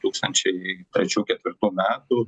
tūkstančiai trečių ketvirtų metų